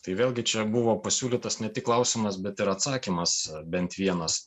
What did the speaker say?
tai vėlgi čia buvo pasiūlytas ne tik klausimas bet ir atsakymas bent vienas